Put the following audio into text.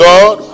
God